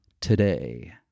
today